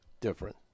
different